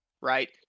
right